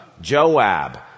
Joab